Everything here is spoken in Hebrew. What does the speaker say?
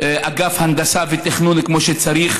אגף הנדסה ותכנון כמו שצריך?